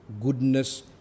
goodness